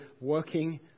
working